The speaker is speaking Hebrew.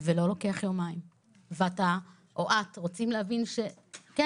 ולא לוקח יומיים ואתה או את רוצים להבין שכן,